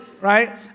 right